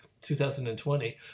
2020